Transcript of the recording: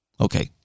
Okay